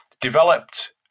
developed